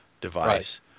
device